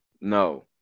no